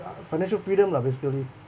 ya financial freedom lah basically